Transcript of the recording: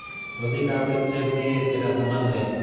যদি কাউকে চেক দিয়ে সেটা থামানো যায়